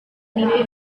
mimpi